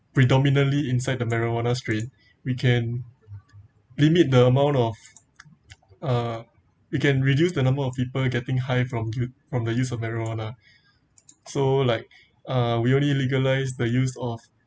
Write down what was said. predominantly inside the marijuana strain we can limit the amount of uh you can reduce the number of people getting high from us~ from the use of marijuana so like uh we only legalise the use of